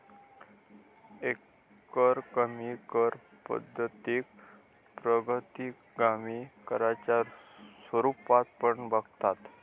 एकरकमी कर पद्धतीक प्रतिगामी कराच्या रुपात पण बघतत